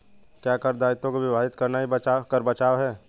क्या कर दायित्वों को विभाजित करना ही कर बचाव है?